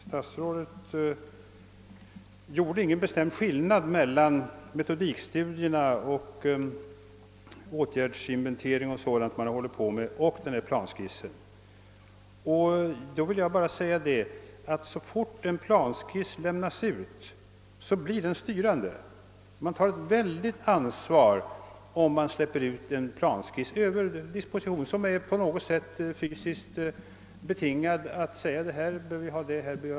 Statsrådet gjorde ingen bestämd skillnad mellan å ena sidan metodikstudierna, åtgärdsinventeringarna och arbetet i övrigt och å andra sidan denna planskiss. Jag vill påpeka att en planskiss så snart den lämnas ut blir styrande. Man tar ett oerhört ansvar om man släpper ut en planskiss med en disposition, som på något sätt är fysiskt betingad och som anger var olika objekt skall placeras in.